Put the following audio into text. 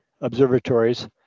observatories